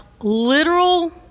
literal